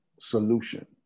solution